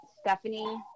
Stephanie